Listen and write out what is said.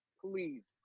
please